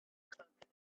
content